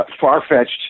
far-fetched